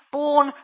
born